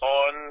on